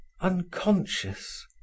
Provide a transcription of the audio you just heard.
unconscious